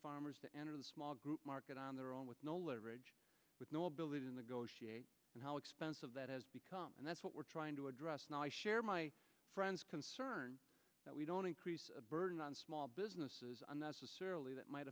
farmers to enter the small group market on their own with no leverage with no ability to negotiate and how expensive that has become and that's what we're trying to address and i share my friends concern that we don't increase the burden on small businesses unnecessarily that might